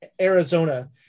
Arizona